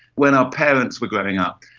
when our parents were growing up,